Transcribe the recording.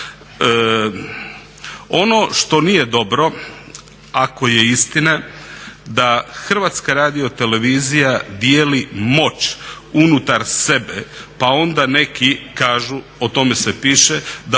Ono što nije dobro, ako je istina, da HRT dijeli moć unutar sebe pa onda neki kažu o tome se piše da